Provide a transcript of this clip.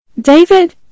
David